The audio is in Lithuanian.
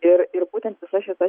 ir ir būtent visa šita